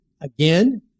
again